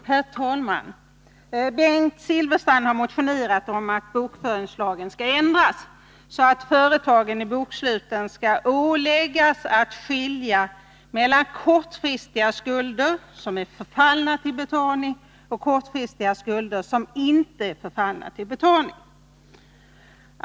Herr talman! Bengt Silfverstrand har motionerat om att bokföringslagen skall ändras så att företagen skall åläggas att i bokslutet skilja mellan kortfristiga skulder som är förfallna till betalning och kortfristiga skulder som inte är förfallna till betalning.